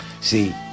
See